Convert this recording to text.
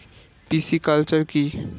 Pisciculture কি?